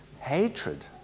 Hatred